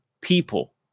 people